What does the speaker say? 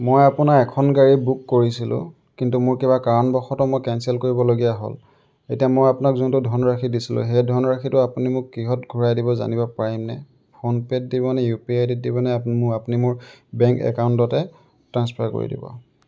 মই আপোনাৰ এখন গাড়ী বুক কৰিছিলো কিন্তু মোৰ কিবা কাৰণবশত মই কেঞ্চেল কৰিবলগীয়া হ'ল এতিয়া মই আপোনাক যোনটো ধনৰাশি দিছিলো সেই ধনৰাশিটো আপুনি মোক কিহত ঘুৰাই দিব জানিব পাৰিমনে ফোনপে'ত দিবনে ইউ পি আই আইডিত দিবনে আপুনি মোৰ আপুনি মোৰ বেংক একাউণ্টতে ট্ৰান্সফাৰ কৰি দিব